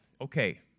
okay